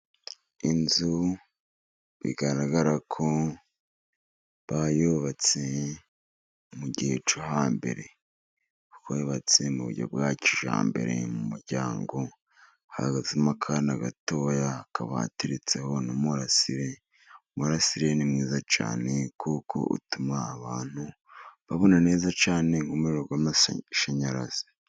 Inzu bigaragara ko bayubatse mu gihe cyo hambere, kuko yubatse mu buryo bwa kijyambere, mu muryango hahagazemo akana gatoya hakaba hateretseho n'umurasire, umurasire ni mwiza cyane kuko utuma abantu babona neza cyane nk'umuriro w'amashanyarazi.